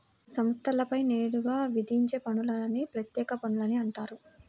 సంస్థలపై నేరుగా విధించే పన్నులని ప్రత్యక్ష పన్నులని అంటారు